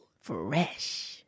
Fresh